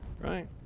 right